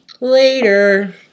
later